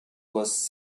was